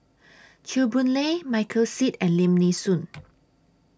Chew Boon Lay Michael Seet and Lim Nee Soon